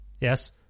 yes